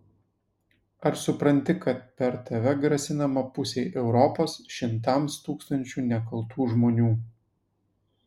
ar supranti kad per tave grasinama pusei europos šimtams tūkstančių nekaltų žmonių